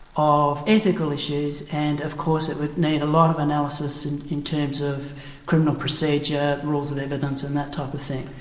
of ethical issues and of course it would need a lot of analysis and in terms of criminal procedure, rules of evidence and that type of thing.